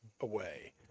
away